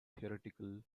theatrical